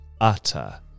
Utter